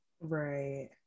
Right